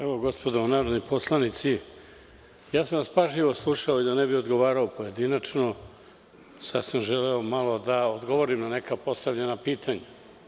Evo gospodo narodni poslanici, ja sam vas pažljivo slušao i da ne bih odgovarao pojedinačno, sada sam želeo malo da odgovorim na neka postavljena pitanja.